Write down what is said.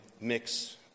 mix